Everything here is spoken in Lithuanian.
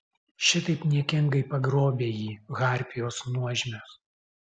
šitaip niekingai pagrobė jį harpijos nuožmios